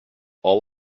all